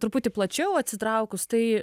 truputį plačiau atsitraukus tai